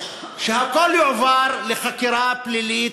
אז שהכול יועבר לחקירה פלילית,